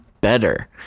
better